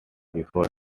before